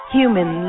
human